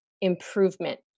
improvement